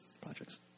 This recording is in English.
projects